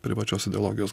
privačios ideologijos